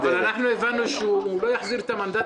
אבל אנחנו הבנו שהוא לא יחזיר את המנדט